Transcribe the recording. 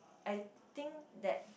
I think that